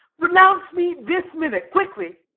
renounce me this minute quickly!